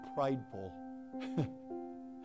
prideful